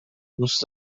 دوست